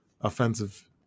offensive